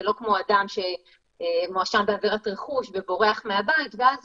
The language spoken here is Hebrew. זה לא כמו אדם שמואשם בעבירת רכוש ובורח מהבית ואז